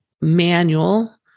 manual